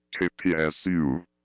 KPSU